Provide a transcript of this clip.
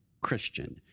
Christian